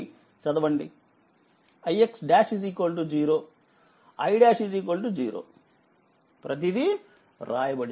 ix| 0 i| 0 ప్రతిదీ వ్రాయబడింది